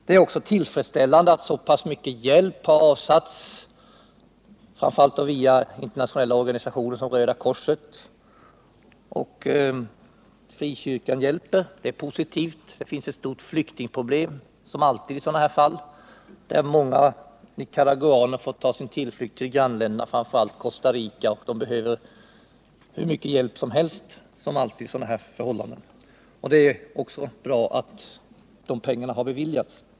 Det är också tillfredsställande att så mycket hjälp har avsatts, framför allt via internationella organisationer som Röda korset och Frikyrkan hjälper. Det är positivt. Det finns, som alltid i sådana här fall, ett stort flyktingpro Nr 48 blem. Många nicaraguaner har fått ta sin tillflykt till grannländerna, framför allt Costa Rica, och behöver hur mycket hjälp som helst. Det är också bra att pengar till det har beviljats.